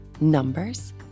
Numbers